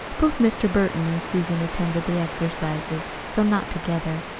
both mr. burton and susan attended the exercises, though not together.